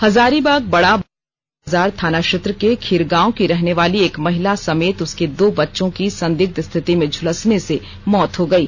हजारीबाग बड़ा बाजार थाना क्षेत्र के खिरगांव के रहनेवाले एक महिला समेत उसके दो बच्चों की संदिग्ध स्थिति में झलसने से मौत हो गयी